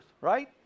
right